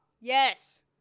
yes